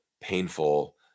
painful